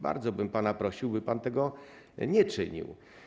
Bardzo bym pana prosił, by pan tego nie czynił.